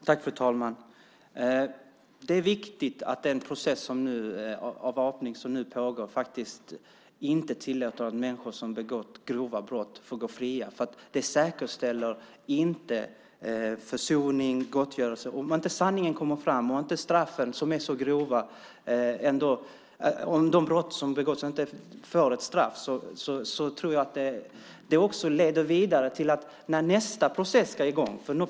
Fru talman! Det är viktigt att den avväpningsprocess som nu pågår inte tillåter att människor som begått grova brott får gå fria. Det säkerställer inte försoning och gottgörelse. Sanningen måste komma fram, och de grova brott som begåtts måste bestraffas.